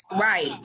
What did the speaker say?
Right